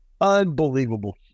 unbelievable